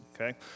okay